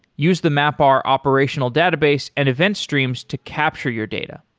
use the mapr operational database and event streams to capture your data.